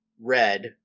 Red